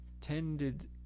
tended